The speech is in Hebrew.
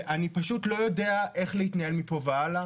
ואני פשוט לא יודע איך להתנהל מפה והלאה.